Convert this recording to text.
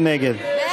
מי